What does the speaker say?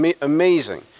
Amazing